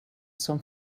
som